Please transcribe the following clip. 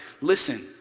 Listen